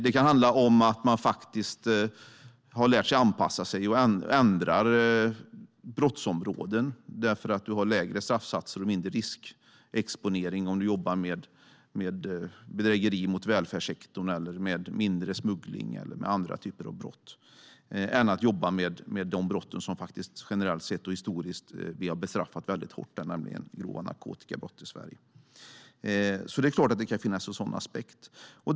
Det kan handla om att man faktiskt har lärt sig att anpassa sig och ändrar brottsområden därför att det är lägre straffsatser och riskexponering om man jobbar med bedrägeri mot välfärdssektorn, mindre smuggling eller andra typer av brott än om man jobbar med de brott som vi faktiskt generellt sett och historiskt har bestraffat mycket hårt i Sverige, nämligen grova narkotikabrott. Det kan alltså finnas en sådan aspekt.